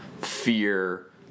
fear